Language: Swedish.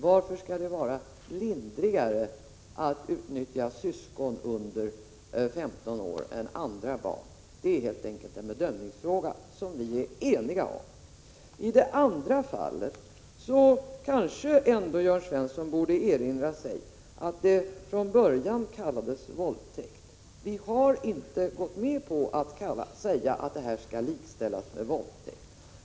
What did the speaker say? Varför skall det vara lindrigare att utnyttja syskon under femton år än det är att utnyttja andra barn? Det är helt enkelt en bedömningsfråga som vi är eniga om. I det andra fallet borde Jörn Svensson kanske erinra sig att det från början kallades våldtäkt. Vi har inte gått med på att säga att detta skall likställas med våldtäkt.